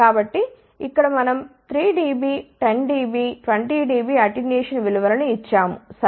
కాబట్టి ఇక్కడ మనం 3 dB 10 dB 20 dB అటెన్యుయేషన్ విలు వలను ఇచ్చాము సరే